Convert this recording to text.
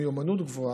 מיומנות גבוהה.